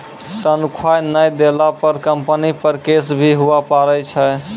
तनख्वाह नय देला पर कम्पनी पर केस भी हुआ पारै छै